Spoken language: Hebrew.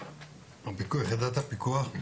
עמדת הפיקוח עם